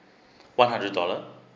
one hundred dollar